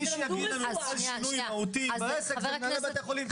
מי שיגיד לנו שחל שינוי מהותי בעסק אלו הם מנהלי בתי החולים.